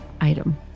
item